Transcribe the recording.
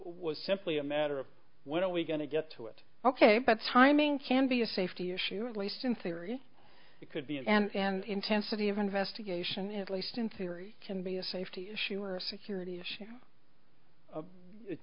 was simply a matter of what are we going to get to it ok but timing can be a safety issue or at least in theory it could be and intensity of investigation at least in theory can be a safety issue or a security issue